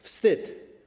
Wstyd.